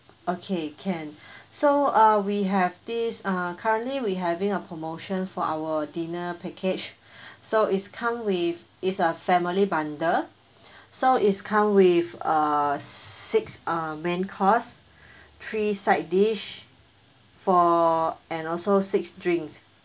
okay can so uh we have these uh currently we having a promotion for our dinner package so is come with is family bundle so it's come with uh six uh main course three side dish for and also six drinks